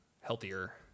healthier